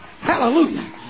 Hallelujah